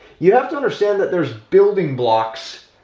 you have to understand that there's building blocks,